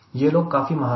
यह लोग काफी महान थे